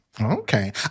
Okay